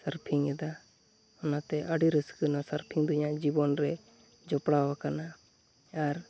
ᱥᱟᱨᱯᱷᱤᱝᱮᱫᱟ ᱚᱱᱟᱛᱮ ᱟᱹᱰᱤ ᱨᱟᱹᱥᱠᱟᱹ ᱱᱚᱣᱟ ᱥᱟᱨᱯᱷᱤᱝᱫᱚ ᱤᱧᱟᱹᱜ ᱡᱤᱵᱚᱱᱨᱮ ᱡᱚᱯᱲᱟᱣ ᱟᱠᱟᱱᱟ ᱟᱨ